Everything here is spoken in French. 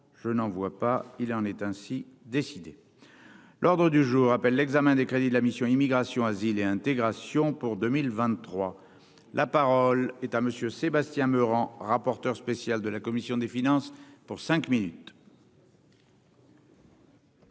je n'en vois pas, il en est ainsi décidé l'ordre du jour appelle l'examen des crédits de la mission Immigration, asile et intégration pour 2023 la parole est à monsieur Sébastien Meurant, rapporteur spécial de la commission des finances pour cinq minutes.